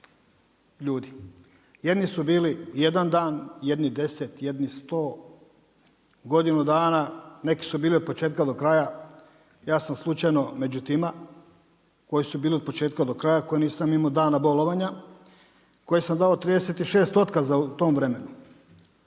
ljudi. Jedni su bili jedan dan, jedni deset, jedni 100, godinu dana, neki su bili od početka do kraja, ja sam slučajno među tima koji su bili od početka do kraja koji nisam imao dana bolovanja, koji sam dao 36 otkaza u tom vremenu.